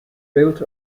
built